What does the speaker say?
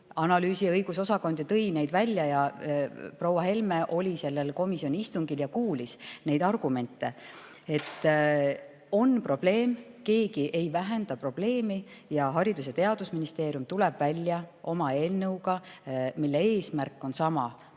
analüüsi‑ ja õigusosakond tõi need välja. Proua Helme oli sellel komisjoni istungil ja kuulis neid argumente. On probleem, keegi ei vähenda probleemi ja Haridus‑ ja Teadusministeerium tuleb välja oma eelnõuga, mille eesmärk on sama: